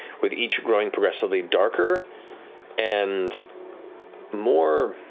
with each growing progressively darker and more